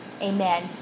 Amen